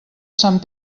sant